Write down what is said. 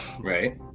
right